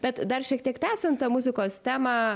bet dar šiek tiek tęsiant tą muzikos temą